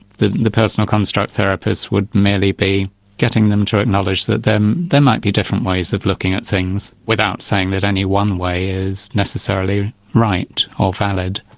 the the personal construct therapist would merely be getting them to acknowledge that there might be different ways of looking at things without saying that any one way is necessarily right or valid.